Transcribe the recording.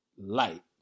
light